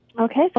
Okay